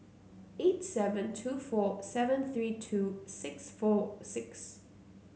eight seven two four seven three two six four six